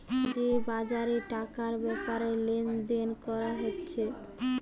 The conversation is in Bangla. যে বাজারে টাকার ব্যাপারে লেনদেন করা হতিছে